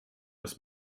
was